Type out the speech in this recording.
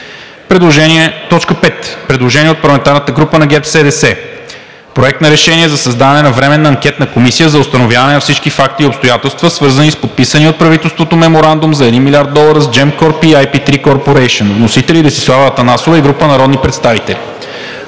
Предложение по чл. 47, ал. 8 от ПОДНС от парламентарната група на ГЕРБ-СДС – Проект на решение за създаване на Временна анкетна комисия за установяване на всички факти и обстоятелства, свързани с подписания от правителството Меморандум за 1 млрд. долара с Gеmcorp и IP3 Corporation. Вносители – Десислава Атанасова и група народни представители,